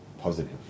positive